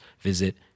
visit